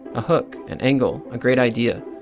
a hook, an angle, a great idea.